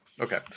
Okay